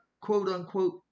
quote-unquote